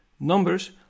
Numbers